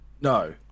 No